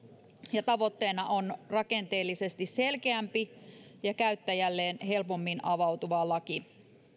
ja tavoitteena on rakenteellisesti selkeämpi ja käyttäjälleen helpommin avautuva laki